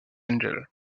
angel